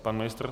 Pan ministr?